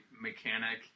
mechanic